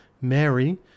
Mary